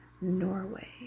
Norway